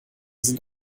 sind